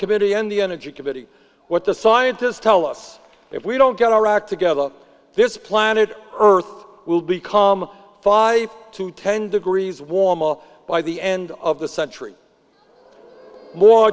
committee and the energy committee what the scientists tell us if we don't get our act together on this planet earth will become five to ten degrees warmer by the end of the century more